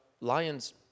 lions